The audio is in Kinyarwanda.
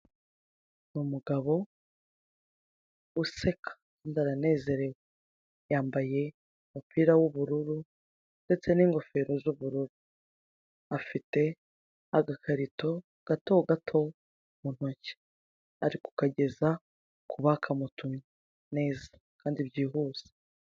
Umugabo useka kandi aranezerewe yambaye umupira w'ubururu, ndeste n'ingofero z'ubururu. Afite agakarito gatogato mu ntoki, ari kukageza ku bakamutumye, neza kandi byihuse.